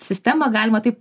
sistemą galima taip